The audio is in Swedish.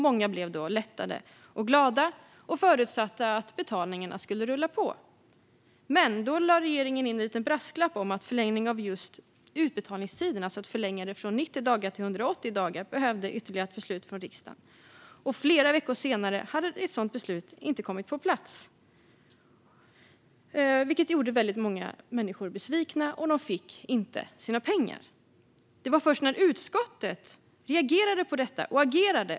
Många blev då lättade och glada och förutsatte att betalningarna skulle rulla på. Men då lade regeringen in en liten brasklapp om att förlängningen av just utbetalningstiden, alltså en förlängning från 90 dagar till 180 dagar, krävde ytterligare ett beslut från riksdagen. Och flera veckor senare hade ett sådant beslut inte kommit på plats, vilket gjorde väldigt många människor besvikna. De fick inte sina pengar. Utskottet reagerade på detta och agerade.